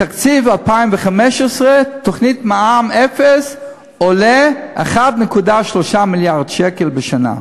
בתקציב 2015 תוכנית מע"מ אפס עולה 1.3 מיליארד שקל בשנה".